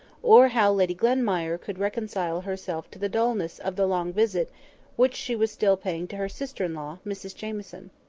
or how lady glenmire could reconcile herself to the dulness of the long visit which she was still paying to her sister-in-law, mrs jamieson.